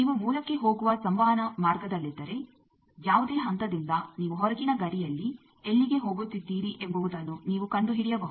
ನೀವು ಮೂಲಕ್ಕೆ ಹೋಗುವ ಸಂವಹನ ಮಾರ್ಗದಲ್ಲಿದ್ದರೆ ಯಾವುದೇ ಹಂತದಿಂದ ನೀವು ಹೊರಗಿನ ಗಡಿಯಲ್ಲಿ ಎಲ್ಲಿಗೆ ಹೋಗುತ್ತಿದ್ದೀರಿ ಎಂಬುವುದನ್ನು ನೀವು ಕಂಡುಹಿಡಿಯಬಹುದು